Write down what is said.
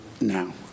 now